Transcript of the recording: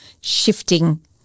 shifting